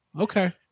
Okay